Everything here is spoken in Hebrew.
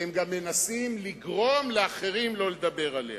אתם גם מנסים לגרום לאחרים לא לדבר עליה.